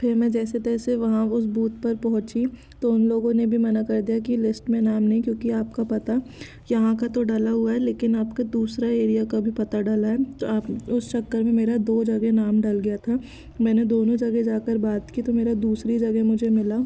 फिर मैं जैसे तैसे वहाँ उस बूथ पर पहुँची तो उन लोगों ने भी मना कर दिया की लिस्ट में नाम नहीं क्योंकि आपका पता यहाँ का तो डला हुआ है लेकिन अपका दूसरा एरिया का भी पता डला है तो आप उस चक्कर में मेरा दो जगह नाम डल गया था मैंने दोनों जगह जाकर बात की तो मेरा दूसरी जगह मुझे मिला